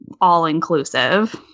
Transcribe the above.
all-inclusive